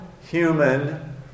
human